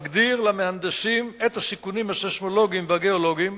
מגדירים למהנדסים את הסיכונים הסיסמולוגיים והגיאולוגיים